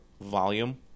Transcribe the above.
volume